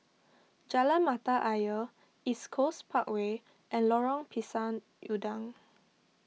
Jalan Mata Ayer East Coast Parkway and Lorong Pisang Udang